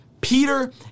Peter